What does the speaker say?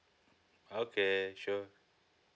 okay sure